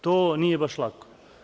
To nije baš lako.